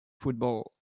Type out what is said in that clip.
football